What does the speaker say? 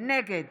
נגד